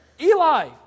Eli